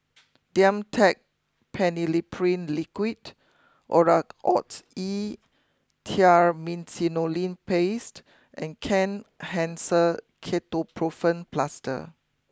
Dimetapp Phenylephrine Liquid Oracort E Triamcinolone Paste and Kenhancer Ketoprofen Plaster